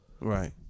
Right